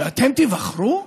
שאתם תיבחרו?